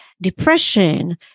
depression